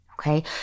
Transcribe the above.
okay